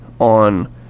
on